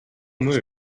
moon